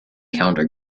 counter